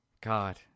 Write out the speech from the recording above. God